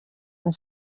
and